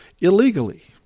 illegally